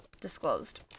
disclosed